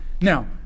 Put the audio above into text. Now